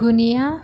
Guinea